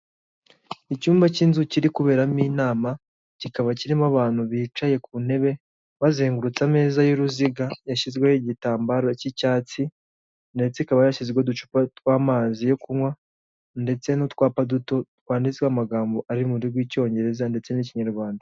Icyumba cy'inzu kiri kuberamo inama, kikaba kirimo abantu bicaye ku ntebe bazengurutse ameza y'uruziga, yashyizweho igitambaro cy'icyatsi ndetse ikaba yashyizemo uducupa tw'amazi yo kunywa ndetse n'utwapa duto twanditseho amagambo ari mu rurimi rw'icyongereza ndetse n'ikinyarwanda.